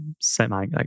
semi